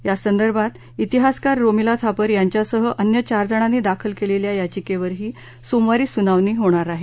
यासंदर्भात त्तिहासकार रोमिला थापर यांच्यासह अन्य चार जणांनी दाखल केलेल्या याचिकेवरही सोमवारी सुनावणी होणार आहे